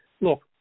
look